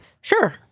Sure